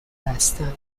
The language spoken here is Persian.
هستم